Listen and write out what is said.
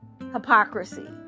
hypocrisy